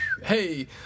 Hey